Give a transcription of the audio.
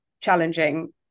challenging